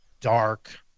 dark